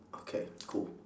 okay cool